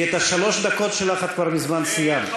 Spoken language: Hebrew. כי את שלוש הדקות שלך את כבר מזמן סיימת.